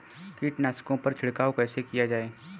कीटनाशकों पर छिड़काव कैसे किया जाए?